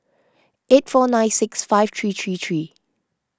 eight four nine six five three three three